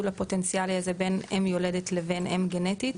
הפוטנציאלי הזה בין אם יולדת לבין אם גנטית.